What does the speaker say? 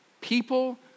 people